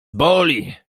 boli